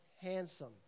handsome